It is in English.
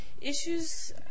issues